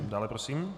Dále prosím.